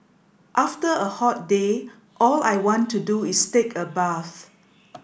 after a hot day all I want to do is take a bath